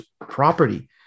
property